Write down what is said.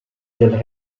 del